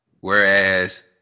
whereas